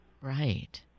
Right